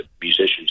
musicians